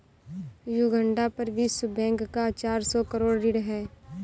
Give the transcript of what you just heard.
Uganda पर विश्व bank का चार सौ करोड़ ऋण है